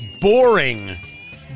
Boring